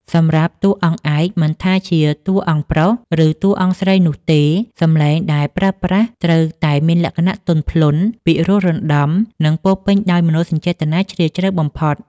សម្រាប់តួអង្គឯក មិនថាជាតួអង្គប្រុស ឬតួអង្គស្រីនោះទេ សំឡេងដែលប្រើប្រាស់ត្រូវតែមានលក្ខណៈទន់ភ្លន់ ពីរោះរណ្ដំ និងពោពេញដោយមនោសញ្ចេតនាជ្រាលជ្រៅបំផុត។